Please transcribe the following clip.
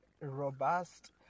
robust